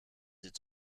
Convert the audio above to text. its